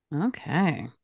Okay